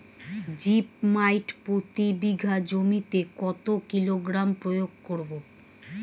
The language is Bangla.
জিপ মাইট প্রতি বিঘা জমিতে কত কিলোগ্রাম প্রয়োগ করব?